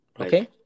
Okay